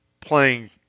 playing